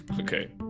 Okay